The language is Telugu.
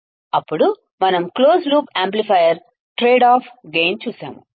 అప్పుడు మనం closed loop amplifier trade off gain చూశాము